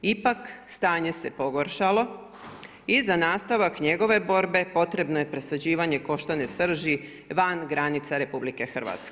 Ipak stanje se pogoršalo i za nastavak njegove borbe potrebno je presađivanje koštane srži van granica RH.